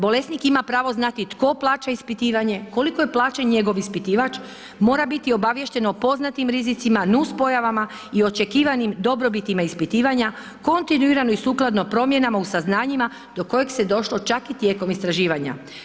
Bolesnik ima pravo znati tko plaća ispitivanje, koliko je plaćeno njegov ispitivač, mora biti obaviješten o poznatim rizicima, nuspojavama i očekivanim dobrobitima ispitivanja, kontinuirano i sukladno promjenama u saznanjima do kojeg se došlo čak i tijekom istraživanja.